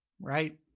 right